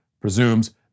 presumes